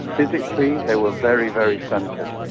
physically they were very, very stunted,